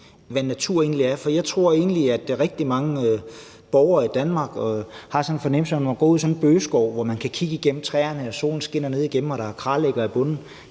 hvad natur egentlig er, for jeg tror, at rigtig mange borgere i Danmark har en fornemmelse af det, når de går ude i en bøgeskov, hvor de kan kigge igennem træerne, som solen skinner ned igennem, og der er kragelæggere i bunden.